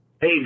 Hey